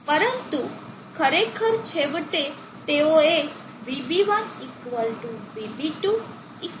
પરંતુ ખરેખર છેવટે તેઓએ VB1 VB2 VB બનવું જોઈએ